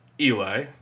Eli